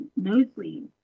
nosebleeds